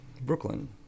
brooklyn